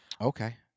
Okay